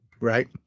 Right